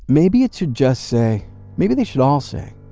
maybe it should just say maybe they should all say,